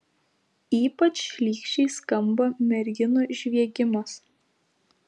ypač šlykščiai skamba merginų žviegimas